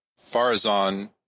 Farazan